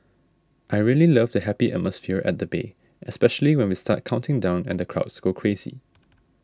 I really love the happy atmosphere at the bay especially when we start counting down and the crowds go crazy